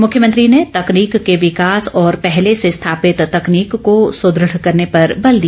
मुख्यमंत्री ने तकनीक के विकास और पहले से स्थापित तकनीक को सुदृढ़ करने पर बल दिया